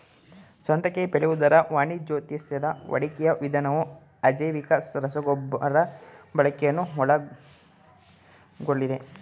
ಸೌತೆಕಾಯಿ ಬೆಳೆಯುವುದರ ವಾಣಿಜ್ಯೋದ್ದೇಶದ ವಾಡಿಕೆಯ ವಿಧಾನವು ಅಜೈವಿಕ ರಸಗೊಬ್ಬರ ಬಳಕೆಯನ್ನು ಒಳಗೊಳ್ತದೆ